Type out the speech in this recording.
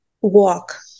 walk